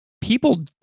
people